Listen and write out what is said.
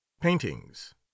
paintings